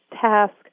task